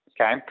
Okay